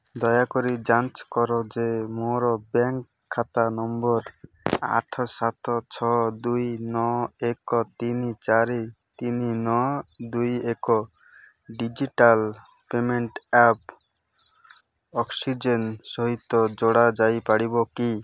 ଦୟାକରି ଯାଞ୍ଚ କର ଯେ ମୋର ବ୍ୟାଙ୍କ୍ ଖାତା ନମ୍ବର୍ ଆଠ ସାତ ଛଅ ଦୁଇ ନଅ ଏକ ତିନି ଚାରି ତିନି ନଅ ଦୁଇ ଏକ ଡିଜିଟାଲ୍ ପେମେଣ୍ଟ୍ ଆପ୍ ଅକ୍ସିଜେନ୍ ସହିତ ଯୋଡ଼ା ଯାଇପାରିବ କି